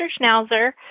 schnauzer